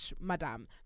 madam